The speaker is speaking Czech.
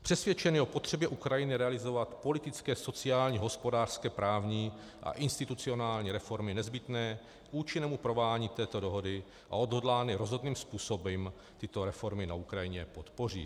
Přesvědčení o potřebě Ukrajiny realizovat politické, sociální, hospodářské, právní a institucionální reformy nezbytné k účinnému provádění této dohody a odhodlání rozhodným způsobem tyto reformy na Ukrajině podpořit.